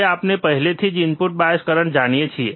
હવે આપણે પહેલાથી જ ઇનપુટ બાયસ કરંટ જાણીએ છીએ